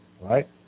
right